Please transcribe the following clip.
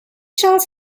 charles